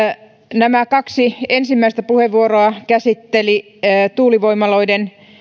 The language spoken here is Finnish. nämä kaksi ensimmäistä puheenvuoroa käsittelivät tuulivoimaloiden